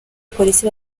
polisi